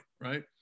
right